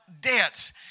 debts